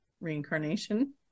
reincarnation